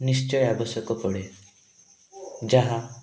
ନିଶ୍ଚୟ ଆବଶ୍ୟକ ପଡ଼େ ଯାହା